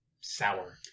sour